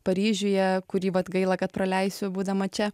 paryžiuje kurį vat gaila kad praleisiu būdama čia